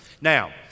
Now